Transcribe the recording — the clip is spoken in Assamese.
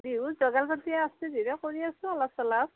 বিহুত যোগাৰ পাতি একবিধ দুইবিধ কৰি আছোঁ অলপ চলপ